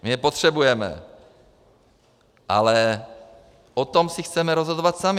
My je potřebujeme, ale o tom si chceme rozhodovat sami.